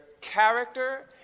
character